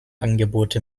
angebote